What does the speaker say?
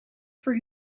voor